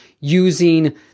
using